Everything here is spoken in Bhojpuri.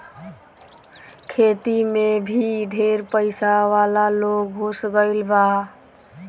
खेती मे भी ढेर पइसा वाला लोग घुस गईल बा